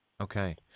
Okay